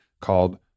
called